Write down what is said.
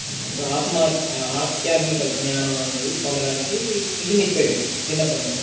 ఆత్మ ఆధ్యాత్మిక జ్ఞానం అనేది పొందడానికి ఇంటిని విడిచిపెట్టేరు చిన్నప్పటినుంచి